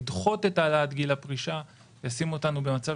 לדחות את העלאת גיל הפרישה ישים אותנו במצב